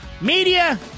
Media